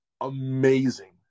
amazing